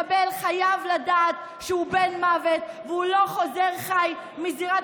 מחבל חייב לדעת שהוא בן מוות והוא לא חוזר חי מזירת